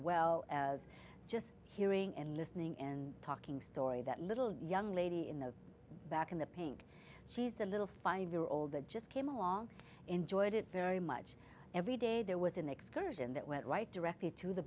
well as just hearing and listening and talking story that little young lady in the back in the pink she's a little five year old that just came along enjoyed it very much every day there was an excursion that went right directly to the